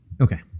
Okay